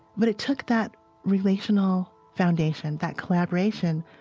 but it took that relational foundation, that collaboration,